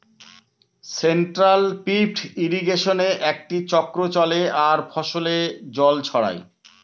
central pivot ইর্রিগেশনে একটি চক্র চলে আর ফসলে জল ছড়ায়